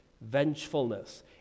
vengefulness